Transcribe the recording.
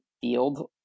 field